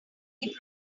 kindly